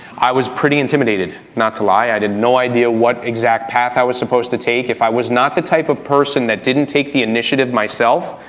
i was pretty intimidated, not to lie. i had no idea what exact path i was supposed to take, if i was not the type of person that didn't take the initiative myself,